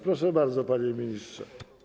Proszę bardzo, panie ministrze.